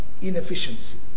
inefficiency